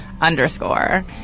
underscore